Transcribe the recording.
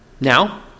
Now